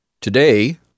Today